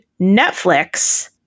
Netflix